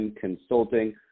Consulting